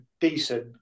decent